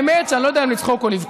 והאמת, שאני לא יודע אם לצחוק או לבכות.